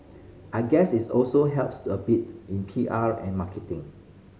I guess it's also helps a bit in P R and marketing